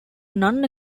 non